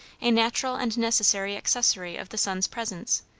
a natural and necessary accessory of the sun's presence,